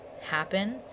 happen